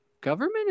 government